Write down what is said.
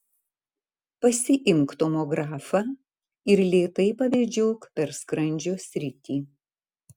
pasiimk tomografą ir lėtai pavedžiok per skrandžio sritį